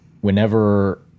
Whenever